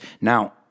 Now